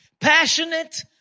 Passionate